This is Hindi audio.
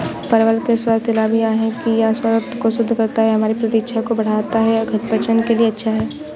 परवल के स्वास्थ्य लाभ यह हैं कि यह रक्त को शुद्ध करता है, हमारी प्रतिरक्षा को बढ़ाता है, पाचन के लिए अच्छा है